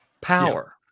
power